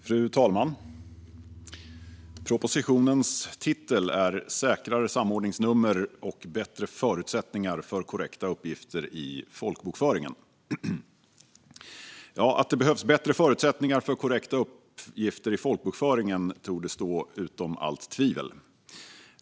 Fru talman! Propositionens titel är Säkrare samordningsnummer och bättre förutsättningar för korrekta uppgifter i folkbokföringen . Att det behövs bättre förutsättningar för korrekta uppgifter i folkbokföringen torde stå utom allt tvivel.